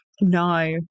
No